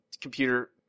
computer